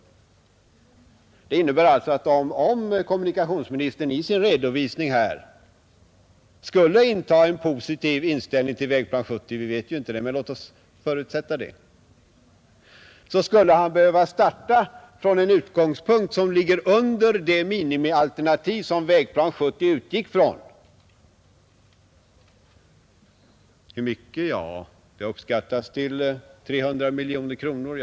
Det innebär alltså att kommunikationsministern, om han i sin redovisning här skulle inta en positiv inställning till Vägplan 1970 — vi vet inte något om det, men låt oss förutsätta det — skulle behöva starta från en utgångspunkt som ligger under det minimialternativ Vägplan 1970 utgick från. Hur mycket? Ja, det uppskattas till 300 miljoner kronor.